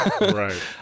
Right